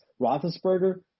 Roethlisberger